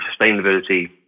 sustainability